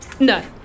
No